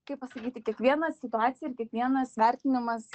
kaip pasakyti kiekviena situacija ir kiekvienas vertinimas